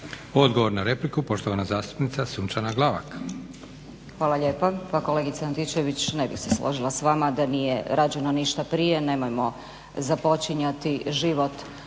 Odgovor na repliku, poštovana zastupnica Sunčana Glavak.